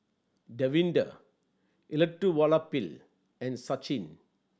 Davinder Elattuvalapil and Sachin